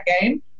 game